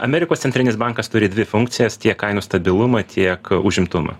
amerikos centrinis bankas turi dvi funkcijas tiek kainų stabilumą tiek užimtumą